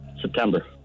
September